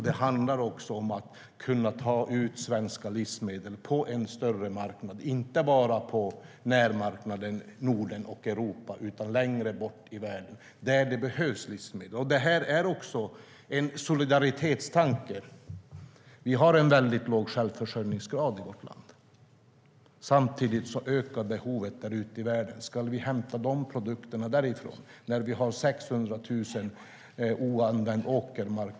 Det handlar om att kunna ta ut svenska livsmedel på en större marknad, inte bara på närmarknaden Norden och Europa utan längre bort i världen där det behövs livsmedel. Det är också en solidaritetstanke. Vi har låg självförsörjningsgrad i vårt land. Samtidigt ökar behovet ute i världen. Ska vi hämta de produkterna därifrån när vi har 600 000 hektar oanvänd åkermark?